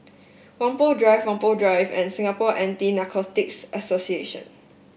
Whampoa Drive Whampoa Drive and Singapore Anti Narcotics Association